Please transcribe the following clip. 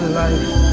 life